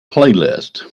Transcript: playlist